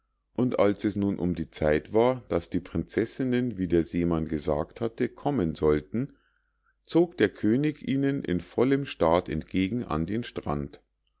und als es nun um die zeit war daß die prinzessinnen wie der seemann gesagt hatte kommen sollten zog der könig ihnen in vollem staat entgegen an den strand